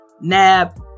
NAB